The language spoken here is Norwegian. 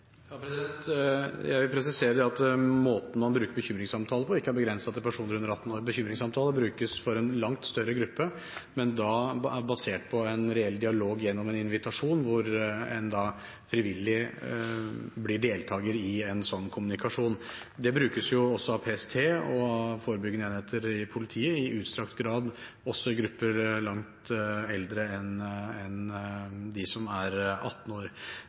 basert på en reell dialog gjennom en invitasjon, hvor en da frivillig blir deltaker i en sånn kommunikasjon. Det brukes også av PST og av forebyggende enheter i politiet i utstrakt grad – også i grupper med langt eldre personer enn dem som er 18 år.